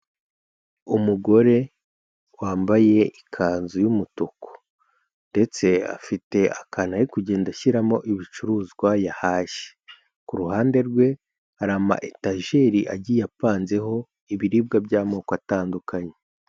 Umugore wambaye ikanzu y'umutuku ndetse afite akantu ari kugenda ashyiramo ibicuruzwa yahashye. Ku ruhande rwe, hari ama etajeri agiye apanzeho ibiribwa by'amoko atandukanye.